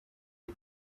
est